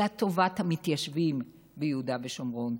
אלא טובת המתיישבים ביהודה ושומרון.